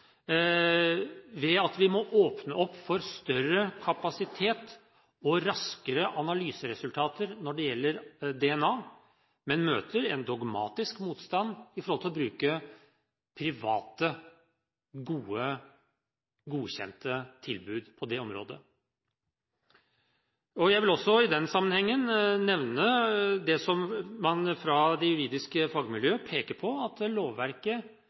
ved å konvertere bruk av de sivilt ansatte i politiet til å frigjøre politikraft. Vi har blitt nedstemt. Vi må også se på etterforskningssiden. Vi må åpne opp for større kapasitet og raskere analyseresultater når det gjelder DNA – hvor man møter en dogmatisk motstand i forhold til det å bruke private, gode, godkjente tilbud på det området. Jeg vil også i